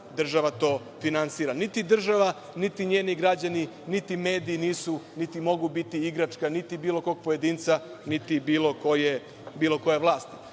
država to finansira. Niti država niti njeni građani niti mediji nisu, niti mogu biti igračka niti bilo kog pojedinca, niti bilo koje